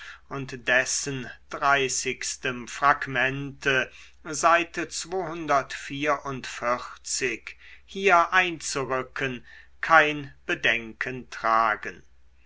und dessen dreißigstem fragmente seite hier einzurücken kein bedenken tragen